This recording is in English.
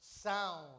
sound